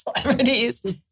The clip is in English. celebrities